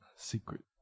Secret